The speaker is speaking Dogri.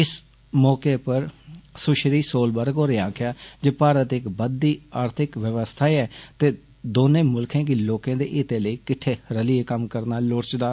इस मौके उप्पर सुश्री सोलवर्ग होरें आक्खेआ जे भारत इक बददी आर्थिक व्यवस्था ऐ ते दौने मुल्खें गी लोकें दे हिते लेई किट्ठे रलिए कम्म करना लोड़चदा